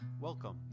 Welcome